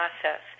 process